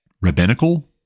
rabbinical